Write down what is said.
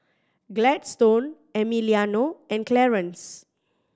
Gladstone Emiliano and Clarance